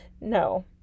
No